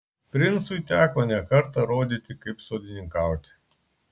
princui teko ne kartą rodyti kaip sodininkauti